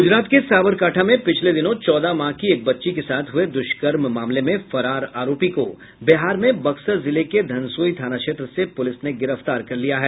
गुजरात के साबरकांठा में पिछले दिनों चौदह माह की एक बच्ची के साथ हुए दुष्कर्म मामले में फरार आरोपी को बिहार में बक्सर जिले के धनसोई थाना क्षेत्र से पुलिस ने गिरफ्तार कर लिया है